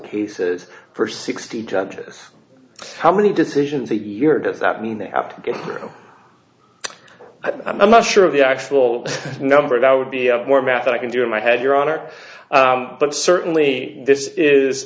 cases for sixty judges how many decisions the year does that mean they have to get i'm not sure of the actual number that would be more math that i can do in my head your honor but certainly this is